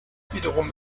wiederum